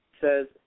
says